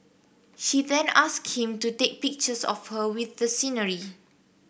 she then asked him to take pictures of her with the scenery